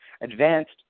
advanced